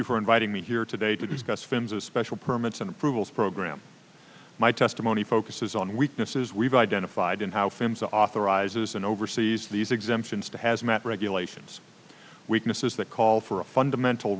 you for inviting me here today to discuss films a special permits and approvals program my testimony focuses on weaknesses we've identified and how fans authorizes and oversees these exemptions to hazmat regulations weaknesses that call for a fundamental